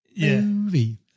Movie